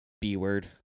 B-word